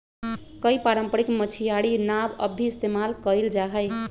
कई पारम्परिक मछियारी नाव अब भी इस्तेमाल कइल जाहई